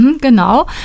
Genau